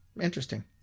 interesting